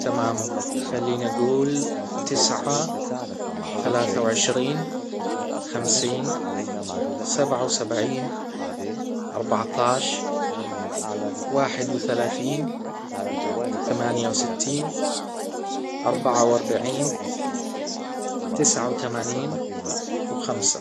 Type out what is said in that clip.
تمام خليني اجول تسعة ثلاثة وعشرين خمسين سبعة وسبعين اربعة عشر واحد وثلاثين ثمانية وستين اربعة واربعين تسعة و ثمانين وخمسة